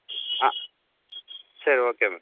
ஆ சரி okay madam